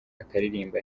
akaririmba